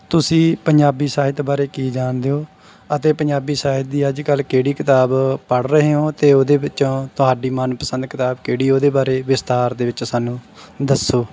ਤੁਸੀਂ ਪੰਜਾਬੀ ਸਾਹਿਤ ਬਾਰੇ ਕੀ ਜਾਣਦੇ ਹੋ ਅਤੇ ਪੰਜਾਬੀ ਸਾਹਿਤ ਦੀ ਅੱਜ ਕੱਲ੍ਹ ਕਿਹੜੀ ਕਿਤਾਬ ਪੜ੍ਹ ਰਹੇ ਹੋ ਅਤੇ ਉਹਦੇ ਵਿੱਚੋਂ ਤੁਹਾਡੀ ਮਨਪਸੰਦ ਕਿਤਾਬ ਕਿਹੜੀ ਉਹਦੇ ਬਾਰੇ ਵਿਸਥਾਰ ਦੇ ਵਿੱਚ ਸਾਨੂੰ ਦੱਸੋ